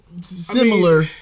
similar